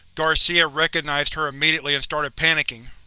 garcia recognized her immediately and started panicking.